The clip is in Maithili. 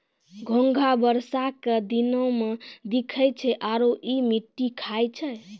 घोंघा बरसा के दिनोॅ में दिखै छै आरो इ मिट्टी खाय छै